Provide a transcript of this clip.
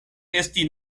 esti